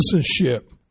Citizenship